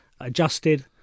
adjusted